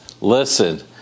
Listen